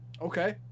Okay